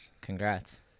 congrats